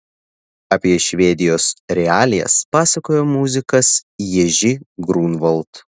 apie švedijos realijas pasakoja muzikas ježy grunvald